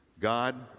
God